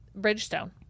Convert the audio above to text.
bridgestone